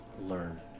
learn